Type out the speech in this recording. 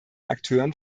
akteuren